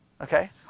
Okay